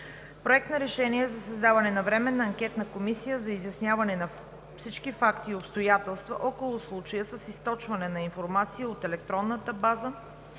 Проект на решение за създаване на Временна анкетна комисия за изясняване на всички факти и обстоятелства около случая с източване на информация от електронната база